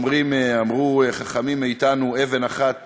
אמרו חכמים מאתנו: אבן אחת